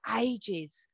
ages